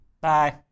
Bye